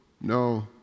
no